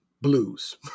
Blues